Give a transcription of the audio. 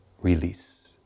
release